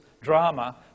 drama